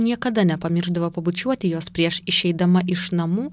niekada nepamiršdavo pabučiuoti jos prieš išeidama iš namų